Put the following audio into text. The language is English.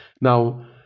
Now